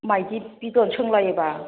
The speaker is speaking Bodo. माइदि बिदन सोंलायोबा